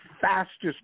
fastest